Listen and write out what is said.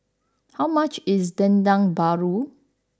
how much is Dendeng Paru